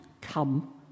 come